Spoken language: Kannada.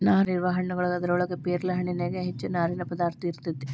ನಾರು ಇರುವ ಹಣ್ಣುಗಳು ಅದರೊಳಗ ಪೇರಲ ಹಣ್ಣಿನ್ಯಾಗ ಹೆಚ್ಚ ನಾರಿನ ಪದಾರ್ಥ ಇರತೆತಿ